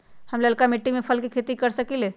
का हम लालका मिट्टी में फल के खेती कर सकेली?